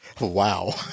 Wow